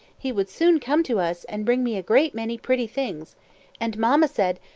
he would soon come to us, and bring me a great many pretty things and mamma said,